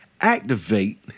activate